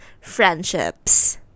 friendships